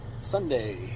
Sunday